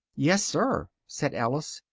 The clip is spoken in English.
yes, sir, said alice,